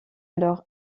alors